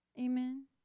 Amen